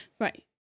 Right